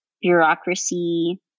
bureaucracy